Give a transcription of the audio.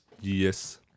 Yes